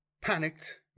Panicked